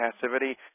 passivity